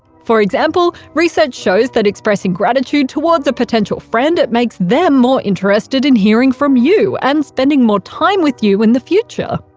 for example, research shows that expressing gratitude towards a potential friend makes them more interested in hearing from you and spending time with you in the future.